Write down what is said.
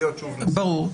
ברור.